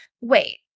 wait